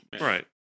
Right